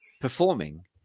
performing